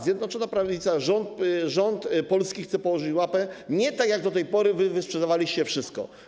Zjednoczona Prawica, rząd polski chce położyć łapę, a nie tak jak do tej pory wy wysprzedawaliście wszystko.